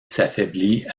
s’affaiblit